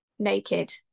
naked